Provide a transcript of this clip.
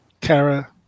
Kara